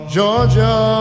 Georgia